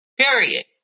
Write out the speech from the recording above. period